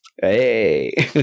Hey